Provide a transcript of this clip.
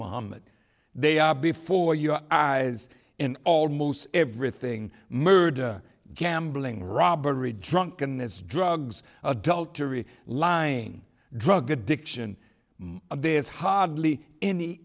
muhammad they are before your eyes in almost everything murder gambling robbery drunkenness drugs adultery lying drug addiction there is hardly any